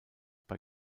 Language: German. bei